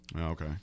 Okay